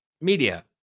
media